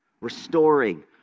Restoring